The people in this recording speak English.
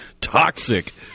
toxic